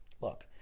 look